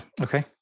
Okay